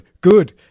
good